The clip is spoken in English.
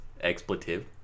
expletive